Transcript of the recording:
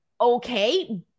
okay